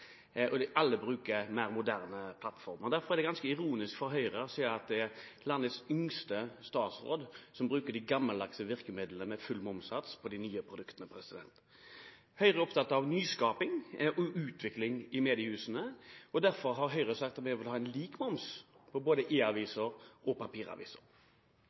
og alle bruker mer moderne plattformer. Derfor er det ganske ironisk for Høyre å se at det er landets yngste statsråd som bruker de gammeldagse virkemidlene med full momssats på de nye produktene. Høyre er opptatt av nyskaping og utvikling i mediehusene, og derfor har Høyre sagt at vi vil ha lik moms på e-aviser og